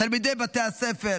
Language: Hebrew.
תלמידי בתי הספר,